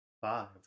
five